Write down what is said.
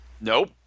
Nope